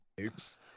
Oops